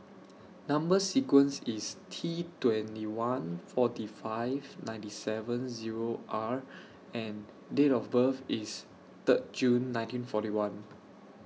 Number sequence IS T twenty one forty five ninety seven Zero R and Date of birth IS Third June nineteen forty one